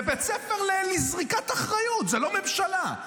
זה בית ספר לזריקת אחריות, זאת לא ממשלה.